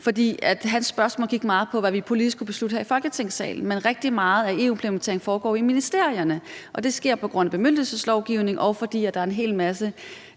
For hans spørgsmål gik meget på, hvad vi politisk kunne beslutte her i Folketingssalen, men rigtig meget af EU-implementeringen foregår i ministerierne, og det sker på grund af bemyndigelseslovgivningen, og fordi der er en hel masse